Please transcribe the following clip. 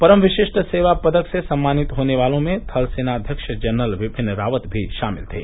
परम विशिष्ट सेवा पदक से सम्मानित होने वालों में थल सेनाध्यक्ष जनरल बिंपिन रावत भी शामिल थे